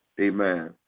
Amen